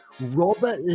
Robert